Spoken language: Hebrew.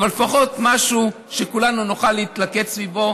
אבל לפחות משהו שכולנו נוכל להתלכד סביבו.